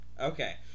Okay